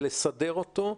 לסדר אותו,